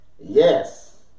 Yes